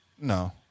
No